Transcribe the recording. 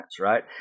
right